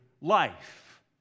life